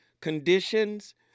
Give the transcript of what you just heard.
Conditions